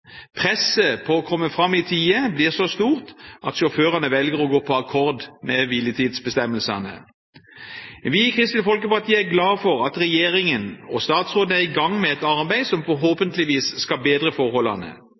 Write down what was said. Presset på å komme fram i tide blir så stort at sjåførene velger å gå på akkord med hviletidsbestemmelsene. Vi i Kristelig Folkeparti er glad for at regjeringen og statsråden er i gang med et arbeid som forhåpentligvis skal bedre forholdene.